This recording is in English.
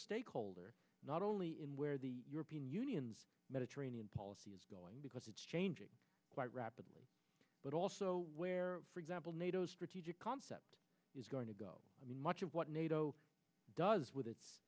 stakeholder not only in where the european union's mediterranean policy is going because it's changing quite rapidly but also where for example nato strategic concept is going to go on much of what nato does with it